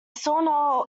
saw